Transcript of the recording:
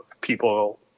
people